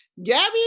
Gabby